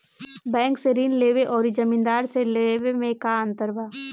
Bank से ऋण लेवे अउर जमींदार से लेवे मे का अंतर बा?